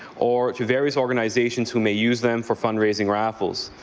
or to various organizations who may use them for fundraising raffles.